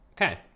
Okay